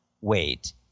wait